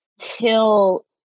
till